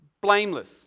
blameless